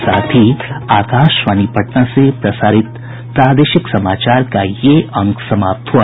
इसके साथ ही आकाशवाणी पटना से प्रसारित प्रादेशिक समाचार का ये अंक समाप्त हुआ